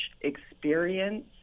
experience